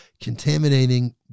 contaminating